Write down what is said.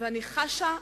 ואני חשה,